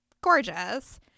Gorgeous